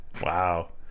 Wow